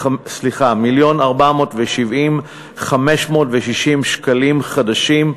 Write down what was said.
למיליון ו-470,560 שקלים חדשים,